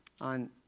on